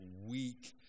weak